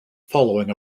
following